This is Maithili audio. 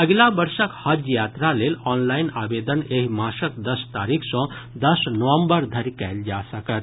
अगिला वर्षक हज यात्रा लेल ऑनलाइन आवेदन एहि मासक दस तारीख सॅ दस नवम्बर धरि कयल जा सकत